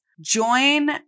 join